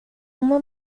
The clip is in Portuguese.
uma